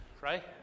right